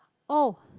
oh